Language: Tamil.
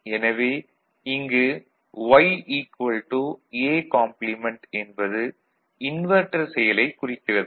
எனவே இங்கு Y A காம்ப்ளிமென்ட் என்பது இன்வெர்ட்டர் செயலைக் குறிக்கிறது